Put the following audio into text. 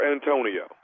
Antonio